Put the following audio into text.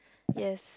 yes